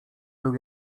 był